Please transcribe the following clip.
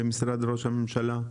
במשרד ראש הממשלה,